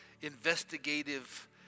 investigative